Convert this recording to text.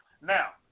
Now